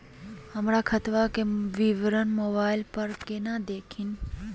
हमर खतवा के विवरण मोबाईल पर केना देखिन?